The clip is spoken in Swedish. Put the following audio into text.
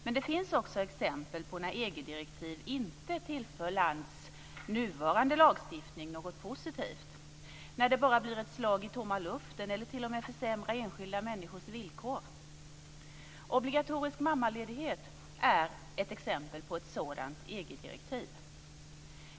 Men det finns också exempel på när EG-direktiv inte tillför landets nuvarande lagstiftning något positivt, när det bara blir ett slag i tomma luften eller t.o.m. försämrar enskilda människors villkor. Obligatorisk mammaledighet är ett exempel på ett sådant EG-direktiv.